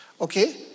Okay